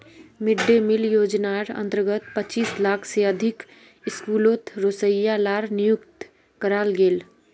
mid day meal योज्नार अंतर्गत पच्चीस लाख से अधिक स्कूलोत रोसोइया लार नियुक्ति कराल गेल